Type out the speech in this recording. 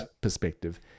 perspective